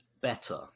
better